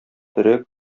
төрек